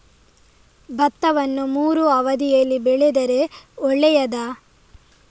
ಭತ್ತವನ್ನು ಮೂರೂ ಅವಧಿಯಲ್ಲಿ ಬೆಳೆದರೆ ಒಳ್ಳೆಯದಾ?